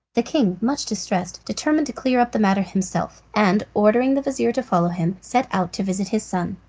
the king, much distressed, determined to clear up the matter himself, and, ordering the vizir to follow him, set out to visit his son.